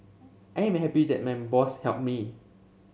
I am happy then my boss helped me